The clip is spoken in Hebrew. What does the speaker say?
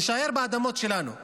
נישאר באדמות שלנו.